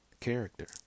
character